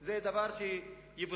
זה דבר שיבוצע,